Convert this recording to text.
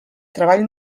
treball